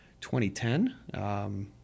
2010